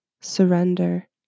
surrender